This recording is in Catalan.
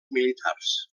militars